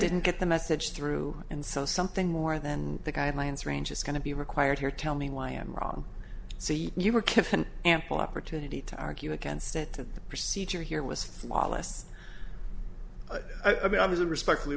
didn't get the message through and so something more than the guidelines range is going to be required here tell me why i'm wrong say you were kept an ample opportunity to argue against it at the procedure here was flawless i mean i was a respect